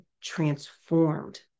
transformed